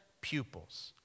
pupils